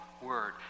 Word